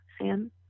Sam